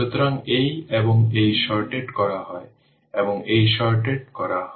সুতরাং এই এবং এই শর্টেড করা হয় এবং এই শর্টেড করা হয়